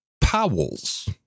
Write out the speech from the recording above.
Powell's